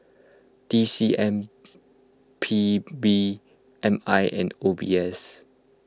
T C M P B M I and O B S